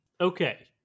Okay